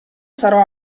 sarò